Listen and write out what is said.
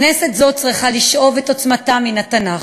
כנסת זו צריכה לשאוב את עוצמתה מן התנ"ך,